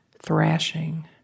thrashing